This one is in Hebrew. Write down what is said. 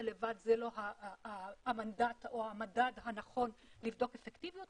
לבד זה לא המדד הנכון לבדוק אפקטיביות,